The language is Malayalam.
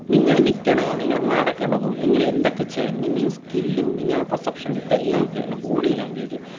നിങ്ങള് നില്ക്കുന്നതും നിങ്ങള് നടക്കുന്നതും നിങ്ങള് എന്തൊക്കെ ചെയ്യണം നിങ്ങളീ സ്കില്ലും നിങ്ങളുടെ പെർസപ്ഷനും ഇതെല്ലാം കാരണം ബോഡി ലാംഗ്വേജ്